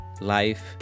life